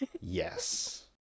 Yes